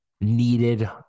needed